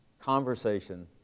conversation